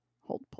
Hold